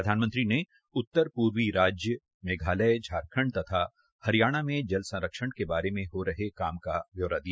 प्रधानमंत्री ने उत्तर पूर्वी राज्य मेघालय झारखण्ड तथा हरियाणा में जल संरक्षण के बारे में हो रहे काम का ब्यौरा दिया